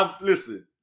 Listen